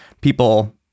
people